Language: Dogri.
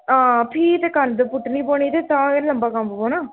हां फ्ही ते कंध पुट्टनी पौनी ते तां गै लम्मा कम्म पौना